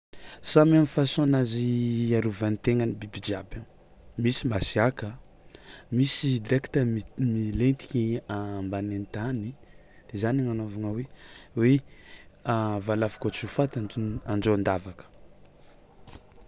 Samy am'façon-nazy iarovan'ny tegnany biby jiaby io, misy masiàka, misy direkta mi- milentiky ambanin'ny tany de zany agnanaovagna hoe hoe valavo kôa tsy ho faty ants- anjôn-davaka.